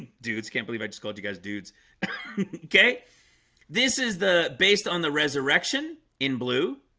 dudes can't believe i just called you guys dudes okay this is the based on the resurrection in blue